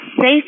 safe